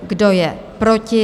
Kdo je proti?